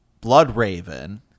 Bloodraven